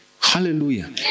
hallelujah